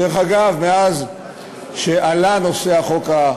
דרך אגב, מאז שעלה נושא החוק,